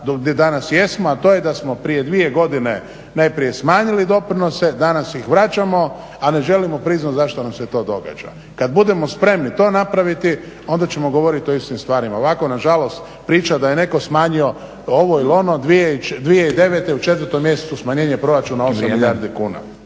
gdje danas jesmo, a to je da smo prije 2 godine najprije smanjili doprinose, danas ih vraćamo, a ne želimo priznati zašto nam se to događa. Kada budemo spremni to napraviti onda ćemo govoriti o istim stvarima. Ovako nažalost priča da je neko smanjio ovo ili ono 2009.u 4.mjesecu smanjenje proračuna 8 milijardi kuna.